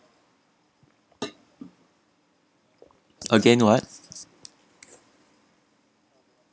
again what